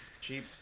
Cheap